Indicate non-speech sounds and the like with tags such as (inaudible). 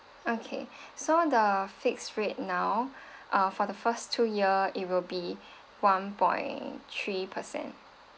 okay (breath) so the fixed rate now (breath) uh for the first two year it will be (breath) one point three percent